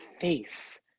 face